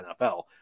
NFL